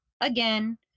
again